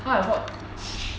can't afford